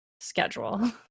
schedule